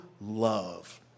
love